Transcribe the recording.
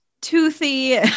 toothy